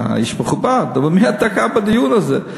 אתה איש מכובד, אבל מי אתה כאן בדיון הזה?